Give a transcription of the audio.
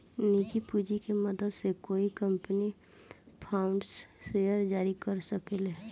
निजी पूंजी के मदद से कोई कंपनी फाउंडर्स शेयर जारी कर सके ले